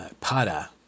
Para